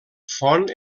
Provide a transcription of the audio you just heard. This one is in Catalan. font